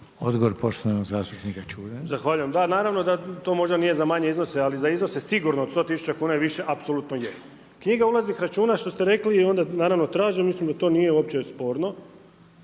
**Čuraj, Stjepan (HNS)** Zahvaljujem. Da, naravno da to možda nije za manje iznose ali za iznose sigurno od 100 tisuća kuna i više apsolutno je. Knjiga ulaznih računa što ste rekli i onda naravno tražim, mislim da to nije uopće sporno.